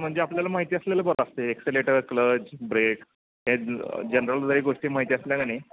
म्हणजे आपल्याला माहिती असलेलं बरं असतं आहे एक्सेलेटर क्लज ब्रेक हे जनरल जरी गोष्टी माहिती असल्या की नाही